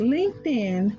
LinkedIn